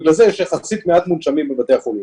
בגלל זה, יש יחסית מועט מונשמים בבתי החולים.